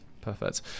Perfect